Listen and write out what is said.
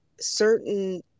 certain